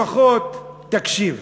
לפחות תקשיב.